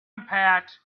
impact